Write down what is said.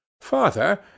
Father